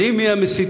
יודעים מי המסיתים,